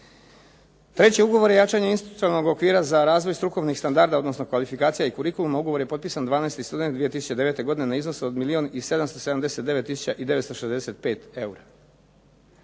Treći ugovor je jačanje institucionalnog okvira za razvoj strukovnih standarda odnosno kvalifikacija i kurikuluma, ugovor je potpisan 12. studenog 2009. godine na iznos od milijun